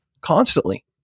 constantly